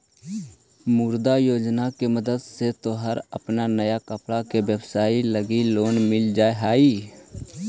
मुद्रा योजना के मदद से तोहर अपन नया कपड़ा के व्यवसाए लगी लोन मिल जा हई